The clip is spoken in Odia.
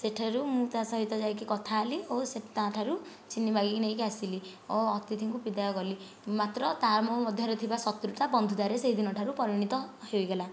ସେଠାରୁ ମୁଁ ତା ସହିତ ଯାଇକି କଥା ହେଲି ଓ ସେ ତା ଠାରୁ ଚିନି ମାଗିକି ନେଇକି ଆସିଲି ଓ ଅତିଥିଙ୍କୁ ବିଦାୟ କଲି ମାତ୍ର ତା ମୋ ମଧ୍ୟରେ ଥିବା ଶତ୍ରୁତା ବନ୍ଧୁତାରେ ସେହିଦିନ ଠାରୁ ପରିଣିତ ହୋଇଗଲା